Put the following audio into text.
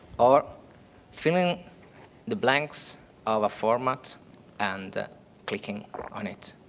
or fill in the blanks of a form but and clicking on it.